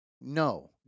No